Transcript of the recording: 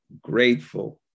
grateful